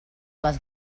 les